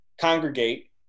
congregate